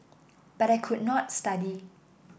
but I could not study